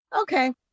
okay